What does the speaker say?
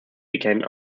became